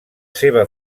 seva